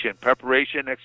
preparation